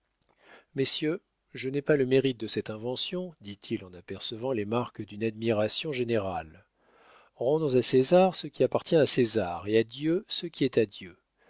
messieurs je n'ai pas le mérite de cette invention dit-il en apercevant les marques d'une admiration générale rendons à césar ce qui appartient à césar et à dieu ce qui est à dieu